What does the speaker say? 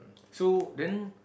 so then